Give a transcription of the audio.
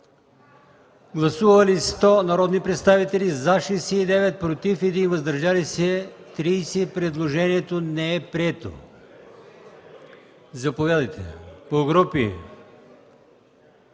Гласували 100 народни представители: за 69, против 1, въздържали се 30. Предложението не е прието. Заповядайте, господин